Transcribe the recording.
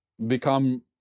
become